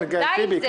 די עם זה.